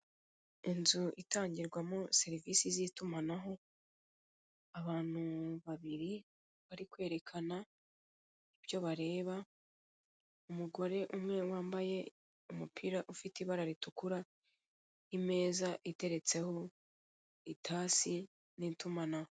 Inzu itangirwamo serivise z'itumanaho, abantu babiri bari kwerekana ibyo bareba, umugore umwe wambaye umupira ufite ibara ritukura, imeza iteretseho itasi n'itumanaho.